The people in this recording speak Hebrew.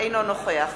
אינו נוכח